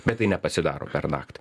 bet tai nepasidaro pernakt